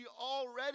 already